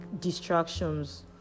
distractions